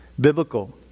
biblical